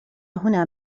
هنا